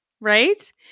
right